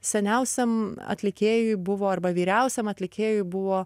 seniausiam atlikėjui buvo arba vyriausiam atlikėjui buvo